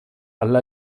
alla